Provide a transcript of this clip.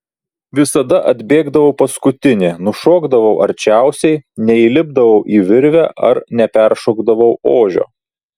visada atbėgdavau paskutinė nušokdavau arčiausiai neįlipdavau į virvę ar neperšokdavau ožio